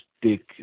big